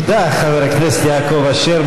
תודה, חבר הכנסת יעקב אשר.